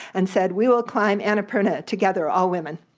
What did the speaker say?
and said, we will climb and annapurna together, all women.